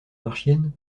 marchiennes